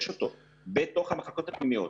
יש אותו בתוך המחלקות הפנימיות.